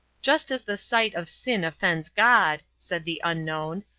just as the sight of sin offends god, said the unknown,